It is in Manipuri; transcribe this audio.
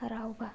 ꯍꯔꯥꯎꯕ